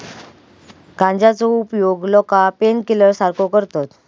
गांजाचो उपयोग लोका पेनकिलर सारखो करतत